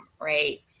right